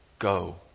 Go